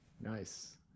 Nice